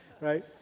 right